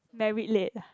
married late ah